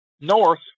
north